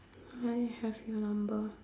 I have your number